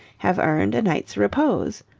have earned a night's repose.